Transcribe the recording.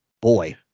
boy